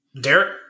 Derek